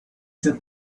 sent